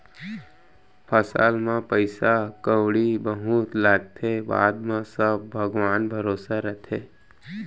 फसल म पइसा कउड़ी बहुत लागथे, बाद म सब भगवान भरोसा रथे